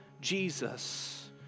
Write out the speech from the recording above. Jesus